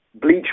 bleach